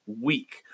week